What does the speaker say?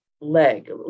leg